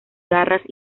garras